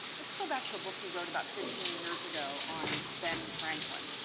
let's go back to a book you wrote about fifteen years ago on ben franklin.